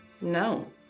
No